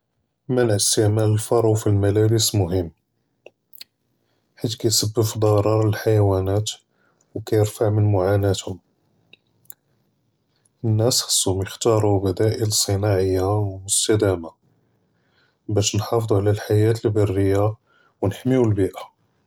מֻנְע אִסְתִעְמَال אֶלְפְּרוּ פִּי אֶלְמַלַאבִס מֻהִימּ חֵית כּיִסַבַּב פִּי דַרַאר לֶלְחַיַונַאת וּכִירְפַע מִן מְעַאנַאתְהוּם, אֶלְנַּאס חַאסְהוּם יְחְתַארוּ בַּדָאִיל צִינַעִיַּה מֻסְתַמַּרָה בַּאש נְחַאפְּצוּ עַל אֶלְחַיַاة אֶלְבַּרִיָּה וּנְחַמּוּ אֶלְבִּיֵא.